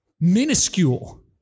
minuscule